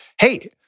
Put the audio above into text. hey